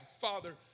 Father